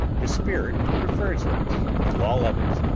the spirit prefers it to all others.